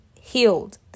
healed